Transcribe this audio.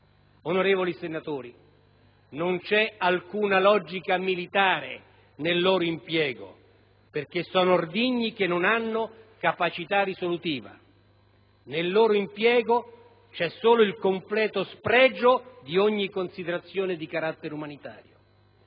Onorevoli senatori, non c'è alcuna logica militare nel loro impiego perché sono ordigni che non hanno capacità risolutiva; nel loro impiego c'è solo il completo spregio di ogni considerazione di carattere umanitario.